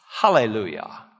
hallelujah